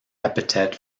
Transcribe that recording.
epithet